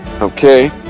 Okay